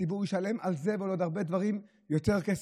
הציבור ישלם על זה ועל עוד הרבה דברים יותר כסף.